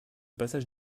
passage